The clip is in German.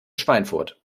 schweinfurt